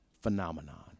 phenomenon